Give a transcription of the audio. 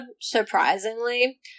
surprisingly